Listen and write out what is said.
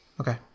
okay